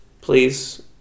Please